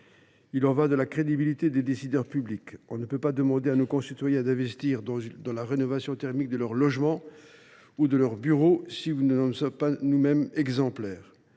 Il y va de la crédibilité des décideurs publics. Nous ne pouvons pas demander à nos concitoyens d’investir dans la rénovation thermique de leur logement ou de leurs bureaux si nous ne sommes pas nous mêmes exemplaires.